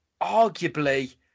arguably